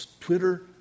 Twitter